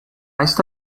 esta